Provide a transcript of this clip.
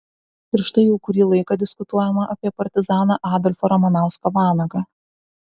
ir štai jau kurį laiką diskutuojama apie partizaną adolfą ramanauską vanagą